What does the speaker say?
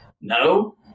No